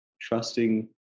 trusting